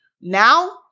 Now